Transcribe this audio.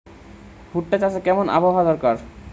ভুট্টা চাষে কেমন আবহাওয়া দরকার?